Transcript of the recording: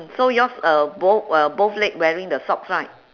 so yours uh both uh both leg wearing the socks right